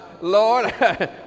lord